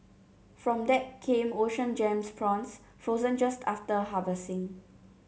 from that came Ocean Gems prawns frozen just after harvesting